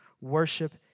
worship